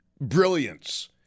brilliance